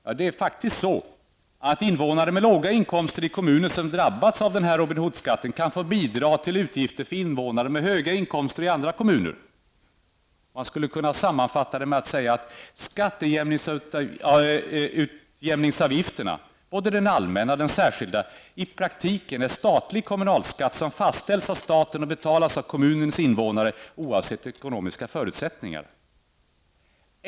Ja, det är faktiskt så, att invånare med låga inkomster i kommuner som drabbats av Robin Hood-skatten kan få bidra till utgifter för invånare med höga inkomster i andra kommuner. Man skulle kunna sammanfatta det med att säga att skatteutjämningsavgifterna, både den allmänna och den särskilda, i praktiken är en statlig kommunalskatt, som fastställs av staten och betalas av kommunens invånare, oavsett ekonomiska förutsättningar.